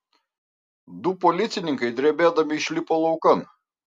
du policininkai drebėdami išlipo laukan